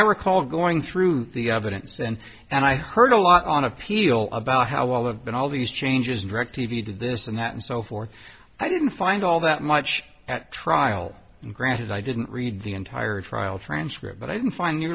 i recall going through the evidence and and i heard a lot on appeal about how all of that all these changes directv did this and that and so forth i didn't find all that much at trial and granted i didn't read the entire trial transcript but i didn't find